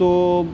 تو